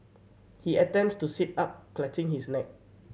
he attempts to sit up clutching his neck